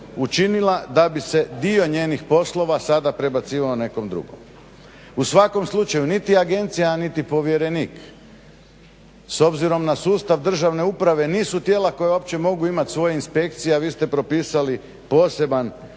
učinila da bi se dio njenih poslova sada prebacivao nekom drugom. U svakom slučaju niti agencija, a niti povjerenik s obzirom na sustav državne uprave nisu tijela koja uopće mogu imati svoje inspekcije, a vi ste propisali poseban